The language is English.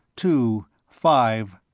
two, five.